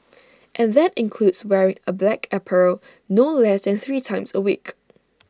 and that includes wearing A black apparel no less than three times A week